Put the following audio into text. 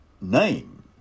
name